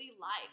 life